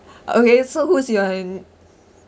okay so who is your